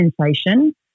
sensation